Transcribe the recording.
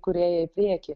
kūrėją į priekį